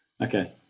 Okay